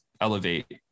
elevate